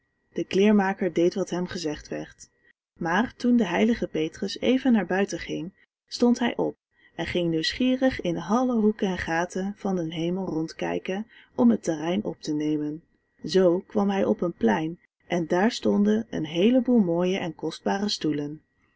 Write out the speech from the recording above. de kleermaker deed wat hem gezegd werd maar toen de heilige petrus even naar buiten ging stond hij op en ging nieuwsgierig in alle hoeken en gaten van den hemel rondkijken om het terrein op te nemen zoo kwam hij op een plein daar stonden een heeleboel mooie en kostbare stoelen